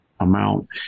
amount